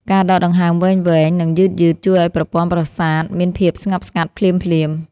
ការដកដង្ហើមវែងៗ និងយឺតៗ ជួយឱ្យប្រព័ន្ធប្រសាទមានភាពស្ងប់ស្ងាត់ភ្លាមៗ។